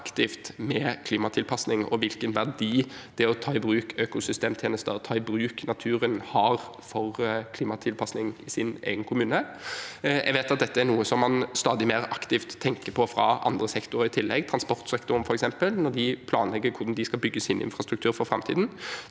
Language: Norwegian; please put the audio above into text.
aktivt med klimatilpasning og hvilken verdi det å ta i bruk økosystemtjenester, ta i bruk naturen, har for klimatilpasning i sin egen kommune. Jeg vet at dette er noe man stadig mer aktivt tenker på i andre sektorer i tillegg, f.eks. transportsektoren, når de planlegger hvordan de skal bygge sin infrastruktur for framtiden.